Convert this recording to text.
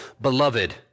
Beloved